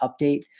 update